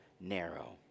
narrow